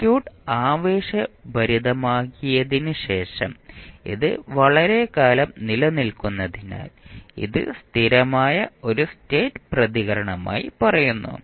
circuit ആവേശഭരിതമായതിനുശേഷം ഇത് വളരെക്കാലം നിലനിൽക്കുന്നതിനാൽ ഇത് സ്ഥിരമായ ഒരു സ്റ്റേറ്റ് പ്രതികരണമായി പറയുന്നു